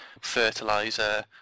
fertilizer